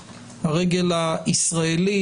הרגל הישראלית,